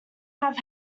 have